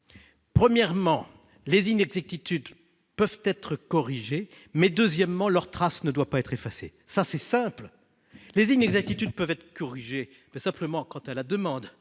premièrement les inexactitudes peuvent être corrigés, mais deuxièmement leur trace ne doit pas être effacée, ça c'est simple les inexactitudes peuvent être corrigés, mais simplement quant à la demande